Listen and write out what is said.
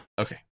Okay